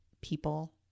people